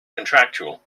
contractual